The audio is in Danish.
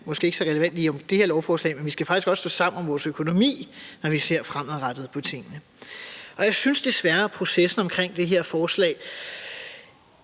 måske ikke er så relevant lige i forbindelse med det her lovforslag, men vi skal faktisk også stå sammen om vores økonomi, når vi ser fremadrettet på tingene. Jeg synes desværre, at processen omkring det her forslag